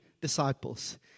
disciples